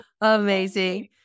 Amazing